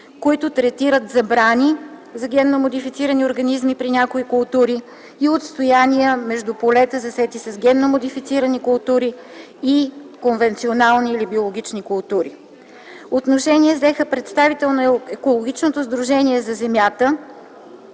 които третират забрани за култивиране на генно модифицирани организми при някои култури и отстоянията между полетата, засети с генно модифицирани култури или конвенционални и биологични култури. Отношение взеха представители на Екологично сдружение за земята,